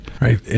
right